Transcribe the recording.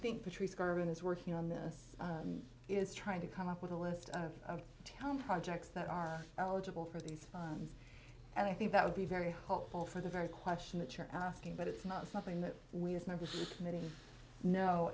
think patrice girvan is working on this is trying to come up with a list of town projects that are eligible for these fines and i think that would be very hopeful for the very question the chair asking but it's not something that we as members committee